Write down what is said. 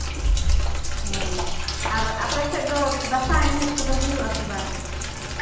ᱦᱳᱭ ᱟᱨ ᱟᱯᱮ ᱥᱮᱫ ᱫᱚ ᱫᱟᱸᱥᱟᱭ ᱮᱱᱮᱡ ᱠᱚᱫᱚ ᱦᱩᱭᱩᱜᱼᱟ ᱥᱮ ᱵᱟᱝ